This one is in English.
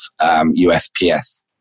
USPS